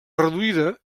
reduïda